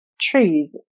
trees